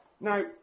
Now